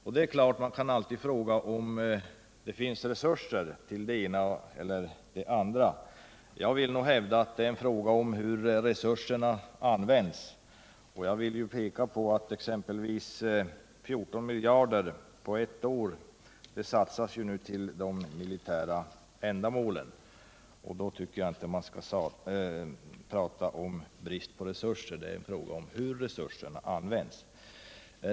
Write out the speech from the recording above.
Man kan naturligtvis alltid fråga om det finns resurser till det ena och det andra. Jag hävdar att det gäller hur resurserna används, och jag villt.ex. peka på att 14 miljarder under ett år nu satsas på de militära ändamålen. Då tycker jag inte att man skall gapa om brist på resurser. Det är i stället fråga om hur resurserna används.